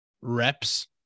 reps